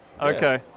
Okay